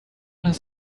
his